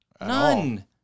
None